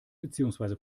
beziehungsweise